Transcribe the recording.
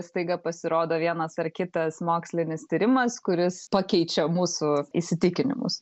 staiga pasirodo vienas ar kitas mokslinis tyrimas kuris pakeičia mūsų įsitikinimus